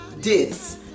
dis